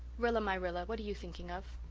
rilla-my-rilla, what are you thinking of?